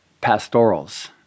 pastorals